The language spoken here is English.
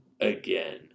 again